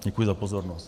Děkuji za pozornost.